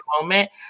moment